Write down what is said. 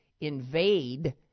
invade